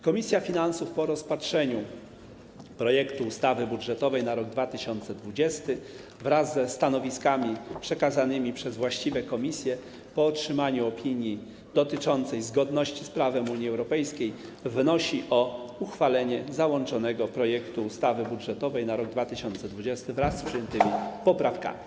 Komisja Finansów Publicznych po rozpatrzeniu projektu ustawy budżetowej na rok 2020 wraz ze stanowiskami przekazanymi przez właściwe komisje i po otrzymaniu opinii dotyczącej zgodności projektu z prawem Unii Europejskiej wnosi o uchwalenie załączonego projektu ustawy budżetowej na rok 2020 wraz z przyjętymi poprawkami.